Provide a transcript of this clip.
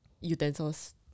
utensils